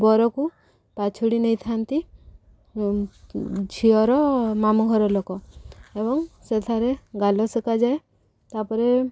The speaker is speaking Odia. ବରକୁ ପାଛୋଟି ନେଇଥାନ୍ତି ଝିଅର ମାମୁଁ ଘର ଲୋକ ଏବଂ ସେଠାରେ ଗାଲ ସେକାଯାଏ ତା'ପରେ